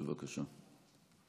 בבקשה.